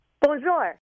Bonjour